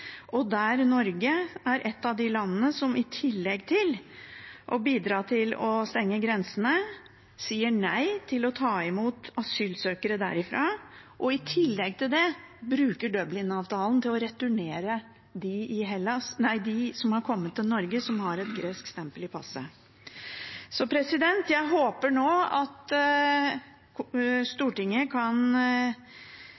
Norge et av de landene som i tillegg til å bidra til å stenge grensene sier nei til å ta imot asylsøkere derfra og bruker Dublin-avtalen til å returnere dem som er kommet til Norge med et gresk stempel i passet. Jeg håper nå at